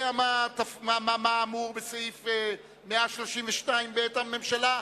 יודע מה אמור בסעיף 132(ב): הממשלה,